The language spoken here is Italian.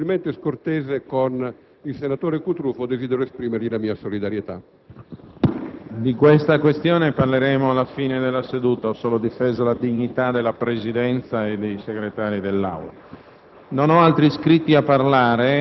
Mi pare invece che i posti ai senatori non siano assegnati e che ogni senatore sia libero di sedere dove ritiene opportuno, di inserire la sua scheda là dove ritiene opportuno e di votare là dove ritiene opportuno.